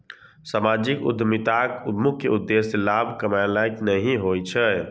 सामाजिक उद्यमिताक मुख्य उद्देश्य लाभ कमेनाय नहि होइ छै